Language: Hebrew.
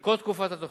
ולכל תקופת התוכנית,